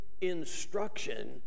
instruction